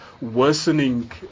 worsening